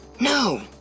No